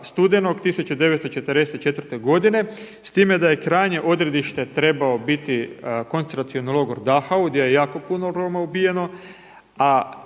studenog 1944. godine s time da je krajnje odredište trebao biti koncentracijski logor Dachau gdje je jako puno Roma ubijeno